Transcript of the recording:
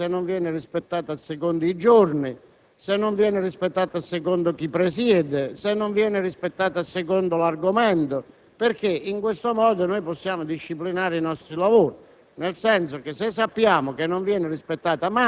se non viene rispettata abitualmente, se non viene rispettata secondo i giorni, se non viene rispettata secondo chi presiede, se non viene rispettata secondo l'argomento. In tal modo, infatti, potremmo disciplinare i nostri lavori,